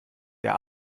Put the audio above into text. der